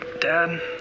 dad